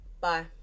Bye